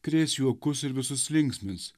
krės juokus ir visus linksmins